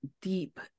deep